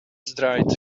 sealant